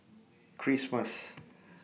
Christmas